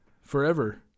Forever